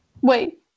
Wait